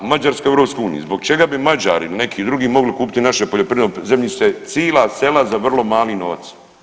A Mađarska je u EU, zbog čega bi Mađari ili neki drugi mogli kupiti naše poljoprivredno zemljište, cila sela za vrlo mali novac?